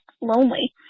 lonely